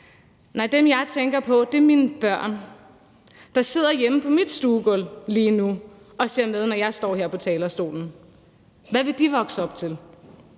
ud. Dem, jeg tænker på, er mine børn, der sidder hjemme på mit stuegulv lige nu og ser med, når jeg står her på talerstolen. Hvad vil de vokse op til?